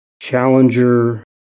Challenger